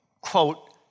quote